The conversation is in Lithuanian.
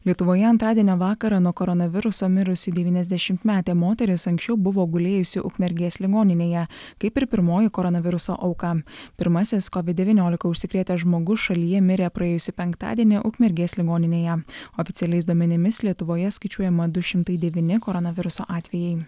lietuvoje antradienio vakarą nuo koronaviruso mirusi devyniasdešimtmetė moteris anksčiau buvo gulėjusi ukmergės ligoninėje kaip ir pirmoji koronaviruso auka pirmasis kovid devyniolika užsikrėtęs žmogus šalyje mirė praėjusį penktadienį ukmergės ligoninėje oficialiais duomenimis lietuvoje skaičiuojama du šimtai devyni koronaviruso atvejai